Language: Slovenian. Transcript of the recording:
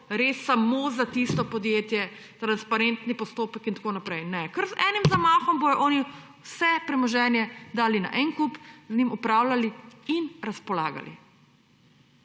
res samo za tisto podjetje, transparentni postopek in tako naprej. Ne, kar z enim zamahom bojo oni vse premoženje dali na en kup, z njim upravljali in razpolagali.